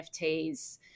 NFTs